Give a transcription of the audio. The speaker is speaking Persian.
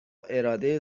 اراده